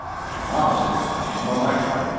and i promised, with my hand on my heart,